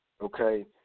okay